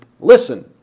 listen